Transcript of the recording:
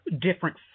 different